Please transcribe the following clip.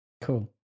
cool